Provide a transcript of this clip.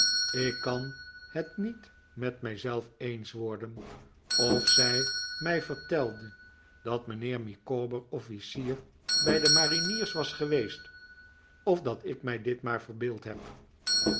ik kan het niet met mij zelf eens worsen of zij mij vertelde dat mijnheer micawber officier bij de mariniers was geweest of dat ik mij dit maar verbeeld heb